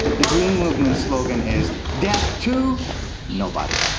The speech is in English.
the green movement slogan is death to nobody.